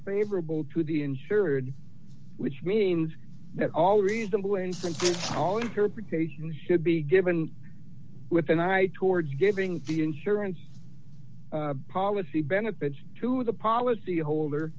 favorable to the insured which means that all reasonable inference in all interpretations should be given with an eye towards giving the insurance policy benefits to the policy holder